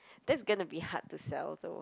that's gonna be hard to sell though